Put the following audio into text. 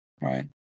Right